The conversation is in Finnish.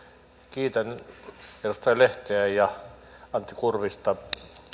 kiitän edustaja lehteä ja edustaja antti kurvista